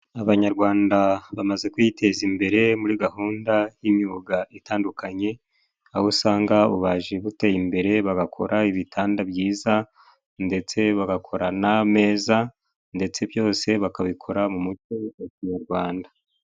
Abanyarwanda bamaze kwiteza imbere muri gahunda y'imyuga itandukanye, aho usanga ububaji buteye imbere, bagakora ibitanda byiza, ndetse bagakora n'ameza, ndetse byose bakabikora mu muco wa Kinyarwanda.